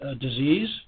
disease